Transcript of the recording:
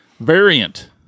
Variant